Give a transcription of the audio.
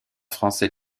français